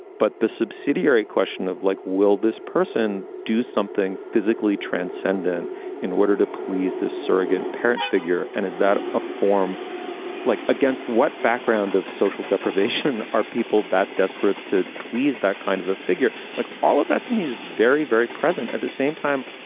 but the subsidiary question of like, will this person do something physically transcendent in order to please this surrogate parent figure? and is that a form like against what background of social deprivation are people that desperate to please? that kind of a figure like all of that to me is very, very present at the same time.